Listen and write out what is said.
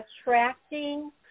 attracting